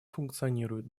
функционирует